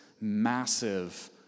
massive